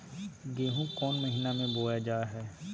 गेहूँ कौन महीना में बोया जा हाय?